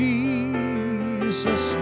Jesus